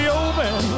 open